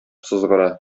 сызгыра